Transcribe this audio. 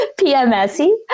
PMSY